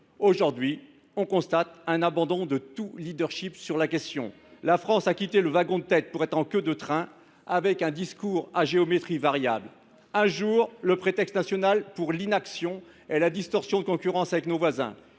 Aujourd’hui, on constate un abandon de tout leadership sur la question. La France a quitté le wagon de tête pour être en queue de train, avec un discours à géométrie variable. Un jour, le prétexte national pour l’inaction est la distorsion de concurrence avec nos voisins.